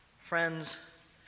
Friends